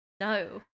No